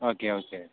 okay okay